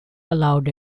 allowed